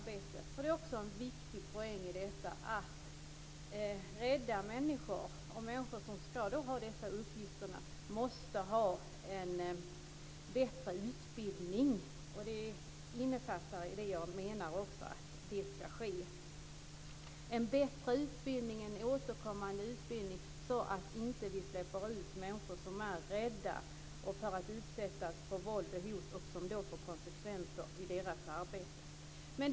Det är också en viktig poäng i detta att rädda människor och människor som ska ha dessa uppgifter måste ha en bättre utbildning. Det innefattar också det jag menar, dvs. att det ska ske en bättre utbildning, en återkommande utbildning, så att vi inte släpper ut människor som är rädda för att utsättas för våld och hot, vilket får konsekvenser i deras arbete.